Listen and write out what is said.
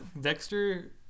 Dexter